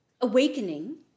awakening